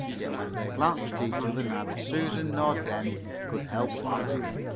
yet when they glanced at each other neither susan nor dent could help laughing.